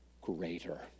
greater